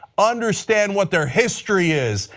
understand what their history is.